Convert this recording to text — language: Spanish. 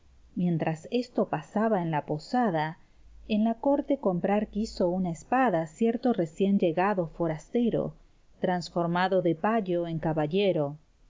mientras esto pasaba en la posada en la corte comprar quiso una espada cierto recién llegado forastero transformado de payo en caballero